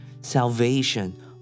salvation